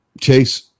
Chase